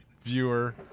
viewer